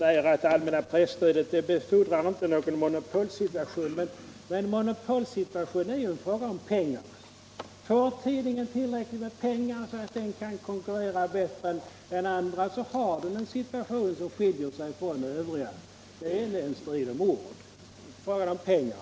Herr talman! Herr Jonnergård säger att det allmänna presstödet inte befordrar någon monopolsituation, men monopolsituation är ju en fråga om pengar. Får en tidning pengar så att den kan konkurrera bättre än andra har den en situation som skiljer sig från övriga tidningars. Det är inte en strid om ord, det är en fråga om pengar.